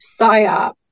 PSYOP